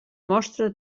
mostra